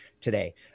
today